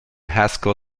haskell